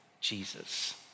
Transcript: Jesus